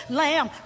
lamb